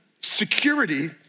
security